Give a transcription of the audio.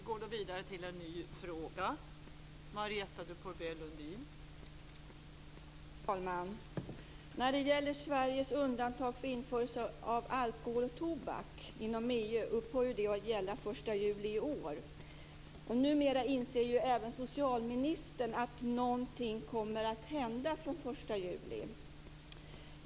Fru talman! Sveriges undantag för införsel av alkohol och tobak inom EU upphör att gälla den 1 juli i år. Numera inser även socialministern att någonting kommer att hända den 1 juli.